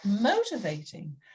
motivating